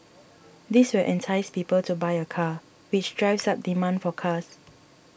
this will entice people to buy a car which drives up demand for cars